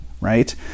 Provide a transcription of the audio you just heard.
right